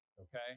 Okay